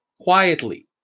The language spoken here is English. quietly